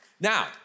Now